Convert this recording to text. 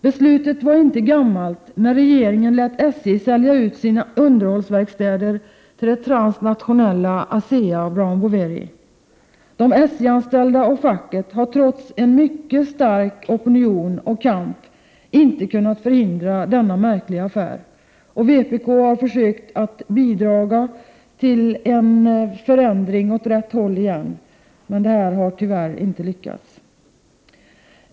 Beslutet var inte gammalt när regeringen lät SJ sälja ut sina underhållsverkstäder till det transnationella ASEA Brown Boveri. De SJ-anställda och facket har trots en mycket stark opinion och kamp inte kunnat förhindra denna märkliga affär. Vpk har försökt bidra till en förändring åt rätt håll men har tyvärr inte lyckats.